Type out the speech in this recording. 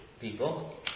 people